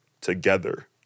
together